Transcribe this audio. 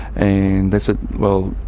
and they said, well,